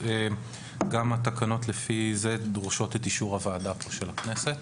גם התקנות דורשות את אישור הוועדה של הכנסת.